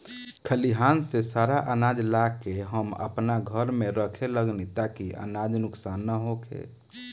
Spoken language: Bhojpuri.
खलिहान से सारा आनाज ला के हम आपना घर में रखे लगनी ताकि अनाज नुक्सान ना होखे